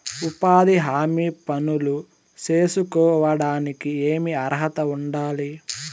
ఉపాధి హామీ పనులు సేసుకోవడానికి ఏమి అర్హత ఉండాలి?